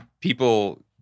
people